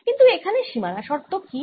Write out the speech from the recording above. কিন্তু এখানে সীমানা শর্ত কি